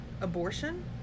Abortion